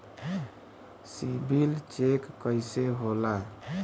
CIBIL check कइसे होला?